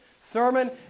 sermon